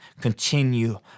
continue